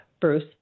Bruce